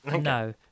No